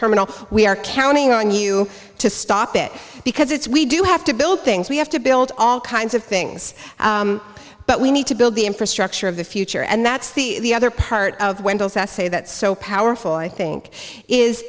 terminal we are counting on you to stop it because it's we do have to build things we have to build all kinds of things but we need to build the infrastructure of the future and that's the other part of windows i say that so powerful i think is